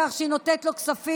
בכך שהיא נותנת לו כספים,